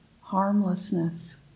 harmlessness